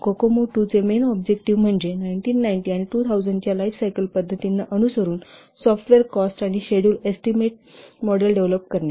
COCOMO II चे main objective म्हणजे 1990 आणि 2000 च्या लाईफसायकल पद्धतींना अनुसरुन सॉफ्टवेअर कॉस्ट आणि शेड्युल एस्टीमेट मॉडेल डेव्हलप करणे